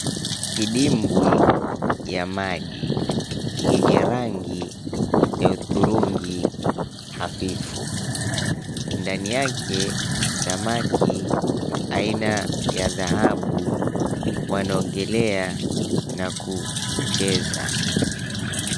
Kidimbu ya maji yenye rangi ya hudhurungi hafifu. Ndani yake samaki aina ya dhahabu wanaogelea na kucheza.